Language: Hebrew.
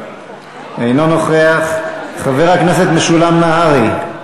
אינו נוכח, חבר הכנסת משולם נהרי?